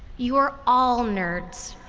you are all nerds.